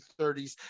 30s